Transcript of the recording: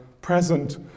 present